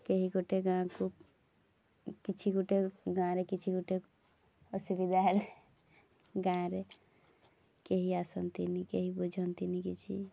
କେହି ଗୋଟେ ଗାଁକୁ କିଛି ଗୋଟେ ଗାଁରେ କିଛି ଗୋଟେ ଅସୁବିଧା ହେଲେ ଗାଁରେ କେହି ଆସନ୍ତିନି କେହି ବୁଝନ୍ତିନି କିଛି